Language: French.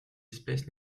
espèce